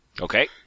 Okay